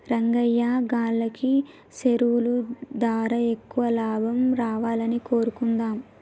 రంగయ్యా గాల్లకి సెరువులు దారా ఎక్కువ లాభం రావాలని కోరుకుందాం